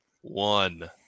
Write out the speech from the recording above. one